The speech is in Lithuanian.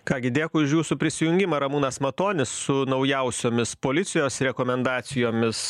ką gi dėkui už jūsų prisijungimą ramūnas matonis su naujausiomis policijos rekomendacijomis